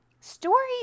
Stories